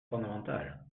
fondamentale